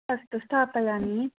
अस्तु स्थापयामि